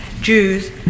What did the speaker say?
Jews